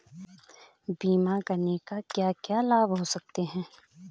बीमा करने के क्या क्या लाभ हैं?